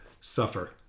suffer